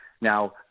Now